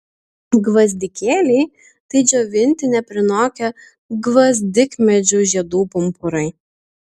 gvazdikėliai tai džiovinti neprinokę gvazdikmedžių žiedų pumpurai